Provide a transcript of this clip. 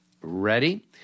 Ready